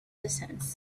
distance